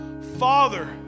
Father